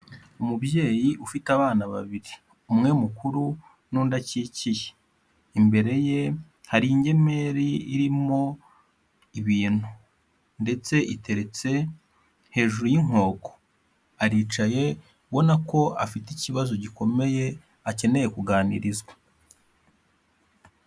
Umubyeyi ufite abana babiri, umwe mukuru n'undi akikiye, imbere ye hari ingemeri irimo ibintu ndetse iteretse hejuru y'inkoko, aricaye ubona ko afite ikibazo gikomeye akeneye kuganirizwa.